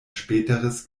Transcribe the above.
späteres